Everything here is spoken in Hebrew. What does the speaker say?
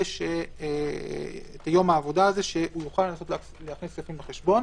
הזה כדי שיוכל לנסות להכניס כספים לחשבון.